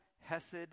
Hesed